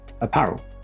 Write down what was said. apparel